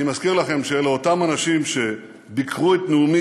אני מזכיר לכם שאלה אותם אנשים שביקרו את נאומי